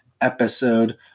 episode